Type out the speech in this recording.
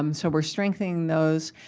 um so, we're strengthening those,